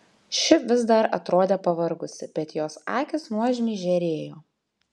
ši vis dar atrodė pavargusi bet jos akys nuožmiai žėrėjo